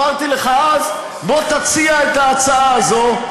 אמרתי לך אז: בו תציע את ההצעה הזאת.